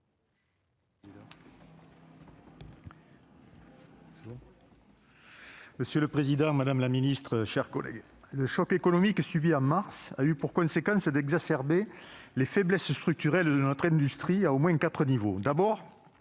Monsieur le président, madame la ministre, mes chers collègues, le choc économique que nous subissons depuis mars a eu pour conséquence d'exacerber les faiblesses structurelles de notre industrie à au moins quatre niveaux.